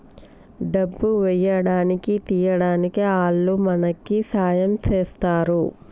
డబ్బు వేయడానికి తీయడానికి ఆల్లు మనకి సాయం చేస్తరు